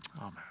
Amen